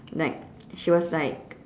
like she was like